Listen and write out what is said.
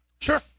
Sure